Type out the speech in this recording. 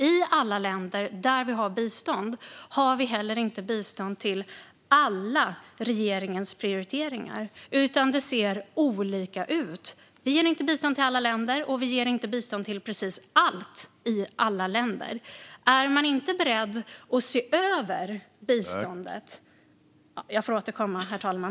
I alla länder där vi har bistånd har vi heller inte bistånd till alla regeringens prioriteringar, utan det ser olika ut. Vi ger inte bistånd till alla länder, och vi ger inte bistånd till precis allt i alla länder. Om man inte är beredd att se över biståndet . Jag förstår att min talartid är slut, så jag får återkomma, herr talman.